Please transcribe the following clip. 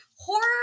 Horror